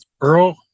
Earl